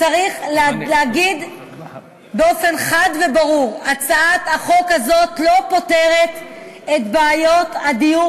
צריך להגיד באופן חד וברור: הצעת החוק הזאת לא פותרת את בעיות הדיור